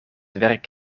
werk